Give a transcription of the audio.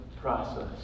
process